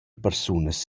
persunas